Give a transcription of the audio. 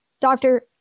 Doctor